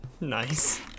Nice